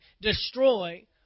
destroy